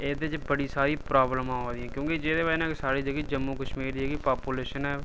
एह्दे च बड़ी सारी प्राब्लम आवै दी क्योंकि जेह्दी वजह् कन्नै साढ़ी जेह्की जम्मू कश्मीर दी जेह्की पापुलेशन ऐ